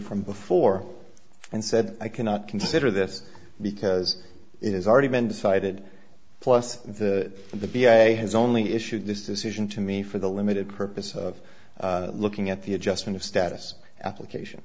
from before and said i cannot consider this because it has already been decided plus the b s a has only issued this decision to me for the limited purpose of looking at the adjustment of status application